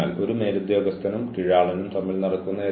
അതിനാൽ ഇവ തികച്ചും വ്യക്തമായിരിക്കണം